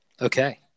Okay